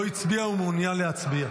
לא הצביע ומעוניין להצביע?